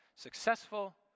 successful